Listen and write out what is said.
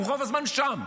הוא רוב הזמן שם.